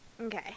Okay